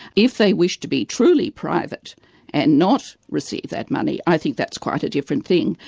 if they wish to be truly private and not receive that money i think that's quite a different thing,